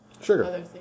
sugar